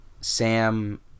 Sam